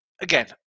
again